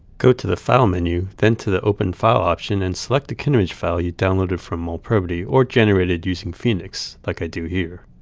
go to the file menu, then to the open file option and select the kinemage file you downloaded from molprobity or generated using phenix, like i do here.